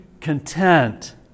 content